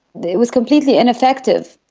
it was completely ineffective.